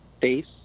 face